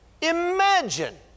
imagine